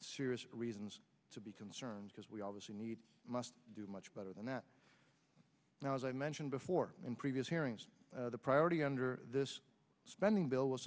serious reasons to be concerned because we obviously need must do much better than that now as i mentioned before in previous hearings the priority under this spending bill was